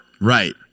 Right